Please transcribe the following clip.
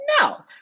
No